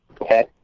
okay